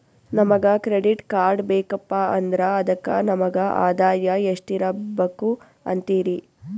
ನಮಗ credit card ಬೇಕಪ್ಪ ಅಂದ್ರ ಅದಕ್ಕ ನಮಗ ಆದಾಯ ಎಷ್ಟಿರಬಕು ಅಂತೀರಿ?